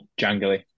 jangly